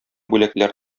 бүләкләр